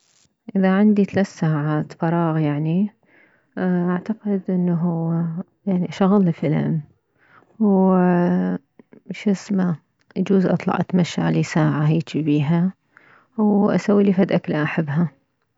اذا عندي ثلاث ساعات فراغ يعني اعتقد انه يعني اشغلي فلم وشسمه يجوز اطلع اتمشالي ساعة هيجي بيها واسويلي فد اكلة احبها